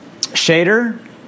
Shader